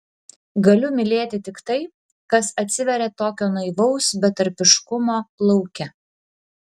galiu mylėti tik tai kas atsiveria tokio naivaus betarpiškumo lauke